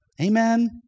Amen